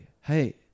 hey